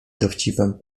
dowcipem